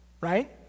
right